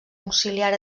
auxiliar